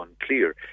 unclear